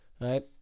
right